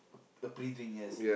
a pre-drink yes